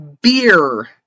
beer